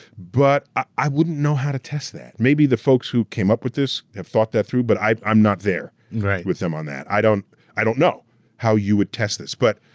but i wouldn't know how to test that. maybe the folks who came up with this have thought that through, but i'm not there with them on that, i don't i don't know how you would test this. but